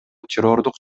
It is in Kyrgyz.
террордук